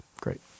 great